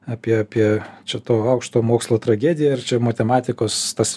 apie apie čia to aukštojo mokslo tragediją ar čia matematikos tas